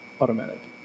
Automatic